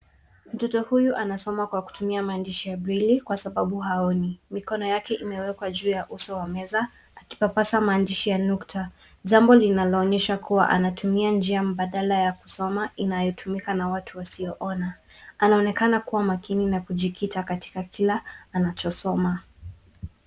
Mtoto huyu anasoma lkwa kutumia maandishi ya braille kwa sababu haoni mikono yake imewekwa juu ya uso wa meza akipapasa maandishi ya nukta. Jambo linalonyesha kuwa anatumia njia mbadala ya kusoma inayotumika na watu wasio ona anaonekana kuwa makini na kujikikita katika kila anachosoma.